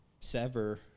sever